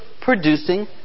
producing